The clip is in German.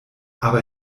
aber